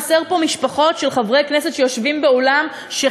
חסרים פה חברי כנסת שיושבים באולם אשר